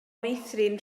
meithrin